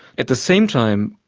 at the same time,